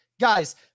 Guys